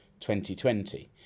2020